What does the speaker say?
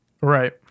Right